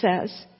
says